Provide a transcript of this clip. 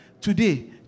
today